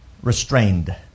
restrained